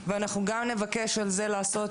ואנחנו גם נבקש על זה לעשות מעקב,